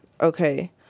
Okay